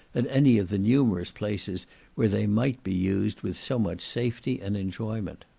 at any of the numerous places where they might be used with so much safety and enjoyment.